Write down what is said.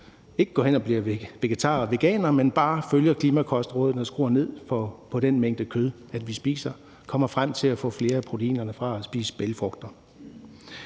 ikke går hen og bliver vegetarer og veganere, men bare følger klimakostrådene og skruer ned for den mængde kød, de spiser, og kommer frem til at få flere af proteinerne fra at spise bælgfrugter.